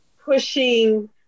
pushing